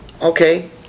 Okay